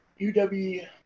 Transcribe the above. UW